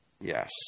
yes